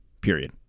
Period